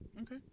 Okay